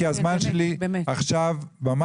כי הזמן שלי עכשיו מוקדש,